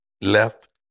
left